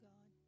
God